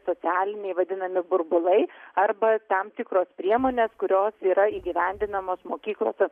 socialiniai vadinami burbulai arba tam tikros priemonės kurios yra įgyvendinamos mokyklos